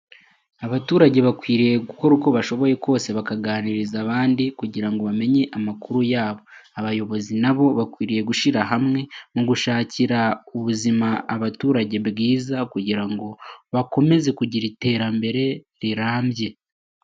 Abaturage bakwiriye gukora uko bashoboye kose bakaganiriza abandi kugira ngo bamenye amakuru yabo. Abayobozi nabo bakwiriye gushira hamwe mu gushakira ubuzima abaturage bwiza kugira ngo bakomeze kugira iterambere rirambye.